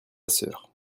sœur